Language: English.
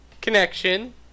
connection